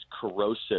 corrosive